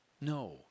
No